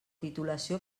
titulació